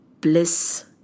bliss